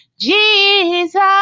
Jesus